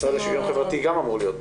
המשרד לשוויון חברתי גם אמור להיות פה.